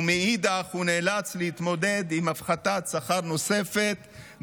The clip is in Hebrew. ומאידך גיסא הוא נאלץ להתמודד עם הפחתת שכר נוספת,